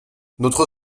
notre